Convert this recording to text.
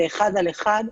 וזה אחד על אחד.